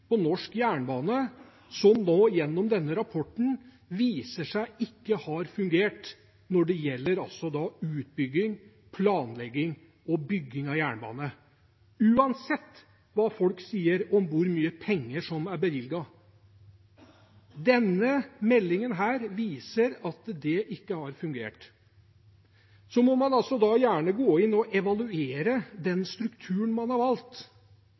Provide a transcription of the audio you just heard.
norsk jernbane som gjennom denne rapporten viser seg ikke å ha fungert når det gjelder utbygging, planlegging og bygging av jernbane – uansett hva folk sier om hvor mye penger som er bevilget. Denne meldingen viser at det ikke har fungert. Man må gjerne gå inn og evaluere strukturen man har valgt,